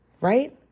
right